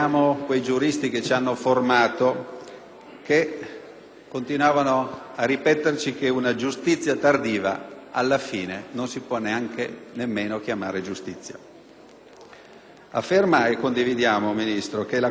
continuavano a ripeterci che una giustizia tardiva alla fine non si può neanche chiamare giustizia. Lei, signor Ministro, afferma - e condividiamo - che la questione della giustizia oggi è una priorità nazionale;